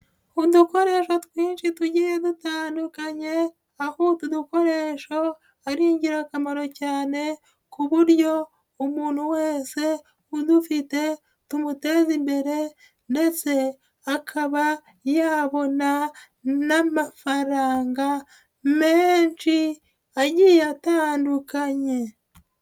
Uduko rero twinshi tugiye dutandukanye, aho utu dukoresho ari ingirakamaro cyane ku buryo umuntu wese udufite tumuteza imbere ndetse akaba yabona n'amafaranga menshi agiye atandukanye.